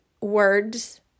words